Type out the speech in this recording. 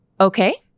Okay